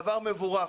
דבר מבורך,